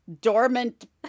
dormant